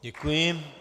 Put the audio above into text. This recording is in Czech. Děkuji.